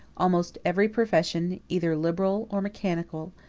almost every profession, either liberal or mechanical,